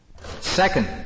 Second